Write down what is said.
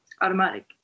automatic